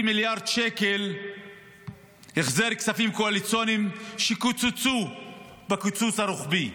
מיליארד שקל החזר כספים קואליציוניים שקוצצו בקיצוץ הרוחבי,